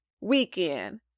weekend